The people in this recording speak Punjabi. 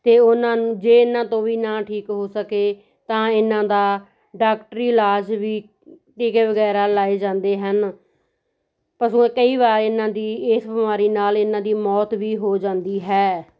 ਅਤੇ ਉਹਨਾਂ ਨੂੰ ਜੇ ਇਹਨਾਂ ਤੋਂ ਵੀ ਨਾ ਠੀਕ ਹੋ ਸਕੇ ਤਾਂ ਇਹਨਾਂ ਦਾ ਡਾਕਟਰੀ ਇਲਾਜ ਵੀ ਟੀਕੇ ਵਗੈਰਾ ਲਾਏ ਜਾਂਦੇ ਹਨ ਪਸ਼ੂ ਕਈ ਵਾਰ ਇਹਨਾਂ ਦੀ ਇਸ ਬਿਮਾਰੀ ਨਾਲ ਇਹਨਾਂ ਦੀ ਮੌਤ ਵੀ ਹੋ ਜਾਂਦੀ ਹੈ